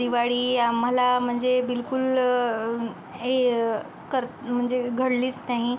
दिवाळी आम्हाला म्हणजे बिलकुल ए कर म्हणजे घडलीच नाही